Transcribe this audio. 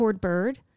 Bird